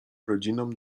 rodzinom